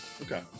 Okay